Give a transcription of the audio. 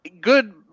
good